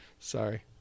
Sorry